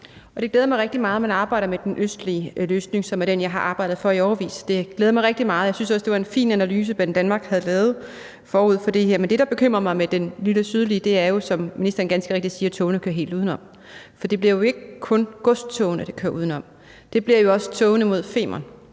Det glæder mig rigtig meget, man arbejder med den østlige løsning, som er den, jeg har arbejdet for i årevis. Det glæder mig rigtig meget. Jeg synes også, det var en fin analyse, Banedanmark havde lavet forud for det her. Men det, der bekymrer mig med den sydlige, er, som ministeren ganske rigtigt siger, at togene kører helt udenom. For det bliver jo ikke kun godstogene, der kører udenom. Det bliver jo også togene mod Femern,